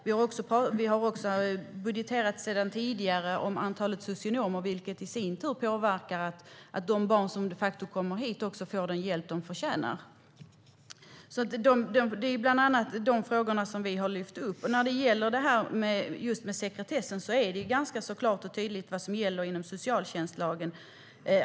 Vi har också sedan tidigare budgeterat för antalet socionomer, vilket i sin tur påverkar om de barn som de facto kommer hit får den hjälp de förtjänar. Det är bland annat de frågorna vi har lyft upp. När det gäller sekretessen är det ganska klart och tydligt vad som gäller inom socialtjänstlagen.